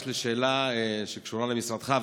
יש לי שאלה שקשורה למשרדך,